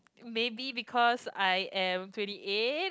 maybe because I am twenty eight